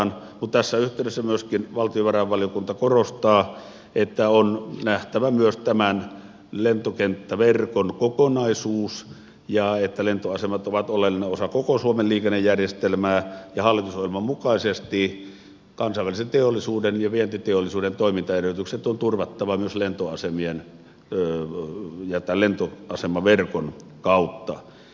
mutta tässä yhteydessä valtiovarainvaliokunta korostaa että on nähtävä myös tämän lentokenttäverkon kokonaisuus ja että lentoasemat ovat oleellinen osa koko suomen liikennejärjestelmää ja hallitusohjelman mukaisesti kansainvälisen teollisuuden ja vientiteollisuuden toimintaedellytykset on turvattava myös tämän lentoasemaverkon kautta